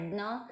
no